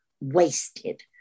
wasted